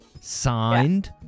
signed